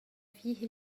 فيه